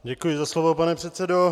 Děkuji za slovo, pane předsedo.